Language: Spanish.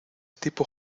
tipo